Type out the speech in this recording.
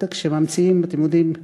כשממציאים, אתם יודעים,